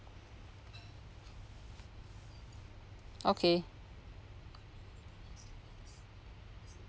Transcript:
okay